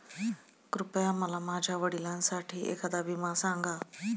कृपया मला माझ्या वडिलांसाठी एखादा विमा सांगा